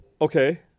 Okay